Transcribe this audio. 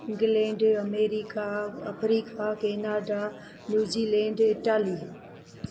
England America Africa Canada New Zealand Italy